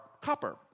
copper